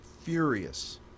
furious